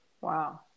Wow